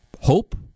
Hope